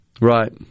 Right